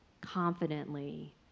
confidently